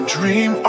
Dream